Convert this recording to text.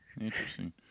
Interesting